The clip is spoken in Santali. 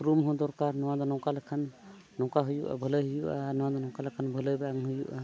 ᱩᱯᱨᱩᱢ ᱦᱚᱸ ᱫᱚᱨᱠᱟᱨ ᱱᱚᱣᱟ ᱫᱚ ᱱᱚᱝᱠᱟ ᱞᱮᱠᱷᱟᱱ ᱱᱚᱝᱠᱟ ᱦᱩᱭᱩᱜᱼᱟ ᱵᱷᱟᱹᱞᱟᱹᱭ ᱦᱩᱭᱩᱜ ᱼᱟ ᱟᱨ ᱱᱚᱣᱟ ᱫᱚ ᱱᱚᱝᱠᱟ ᱞᱮᱠᱷᱟᱱ ᱵᱷᱟᱹᱞᱟᱹᱭ ᱵᱟᱝ ᱦᱩᱭᱩᱜᱼᱟ